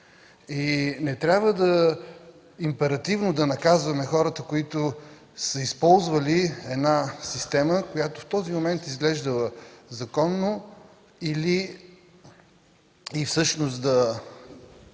Не трябва императивно да наказваме хората, които са използвали една система, която в този момент е изглеждала законно, и да